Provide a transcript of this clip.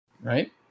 right